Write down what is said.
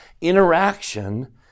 interaction